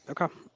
Okay